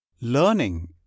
Learning